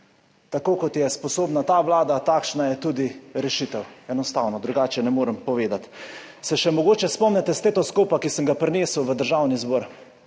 Tako kot je sposobna ta vlada, takšna je tudi rešitev, enostavno. Drugače ne morem povedati. Se še mogoče spomnite stetoskopa, ki sem ga prinesel v Državni zbor?